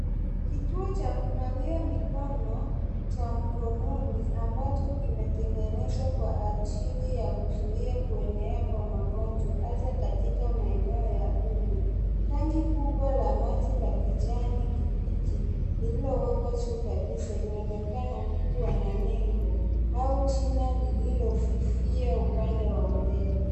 Kitui cha kunawia mkono cha mkononi ambacho kimetengenezwa kwa ajili ya kuzuia kuenea Kwa magonjwa hasa katika maeneo ya umma. Rangi kubwa la maji ya kijani kibichi lililowekwa juu kabisa inaonekana kuwa kuna nembo au china lolilosifiwa upande wa mbele .